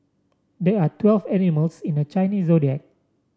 there are twelve animals in the Chinese Zodiac